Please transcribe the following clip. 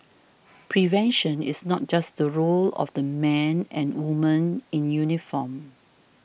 prevention is not just role of the men and women in uniform